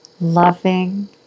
loving